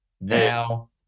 Now